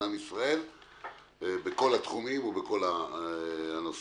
עם ישראל בכל התחומים ובכל הנושאים.